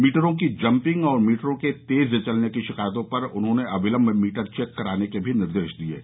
मीटरों की जम्मिंग और मीटरों के तेज चलने की शिकायतों पर उन्होंने अविलम्ब मीटर चेक कराने के भी निर्देश दिये हैं